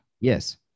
Yes